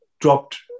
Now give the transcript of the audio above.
dropped